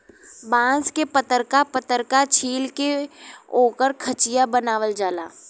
बांस के पतरका पतरका छील के ओकर खचिया बनावल जाला